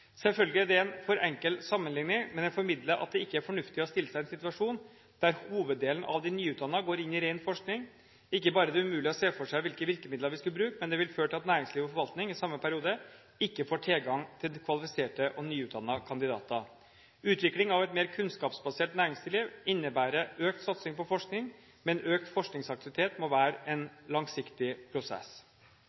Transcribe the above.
Selvfølgelig er dette en for enkel sammenlikning, men den formidler at det ikke er fornuftig å stille seg i en situasjon der hoveddelen av de nyutdannede går inn i ren forskning. Ikke bare er det umulig å se for seg hvilke virkemidler vi skulle bruke, men det vil føre til at næringsliv og forvaltning i samme periode ikke får tilgang til kvalifiserte og nyutdannede kandidater. Utvikling av et mer kunnskapsbasert næringsliv innebærer økt satsing på forskning, men økt forskningsaktivitet må være en langsiktig prosess.